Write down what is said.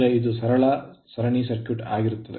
ಅಂದರೆ ಇದು ಸರಳ ಸರಣಿ ಸರ್ಕ್ಯೂಟ್ ಆಗಿರುತ್ತದೆ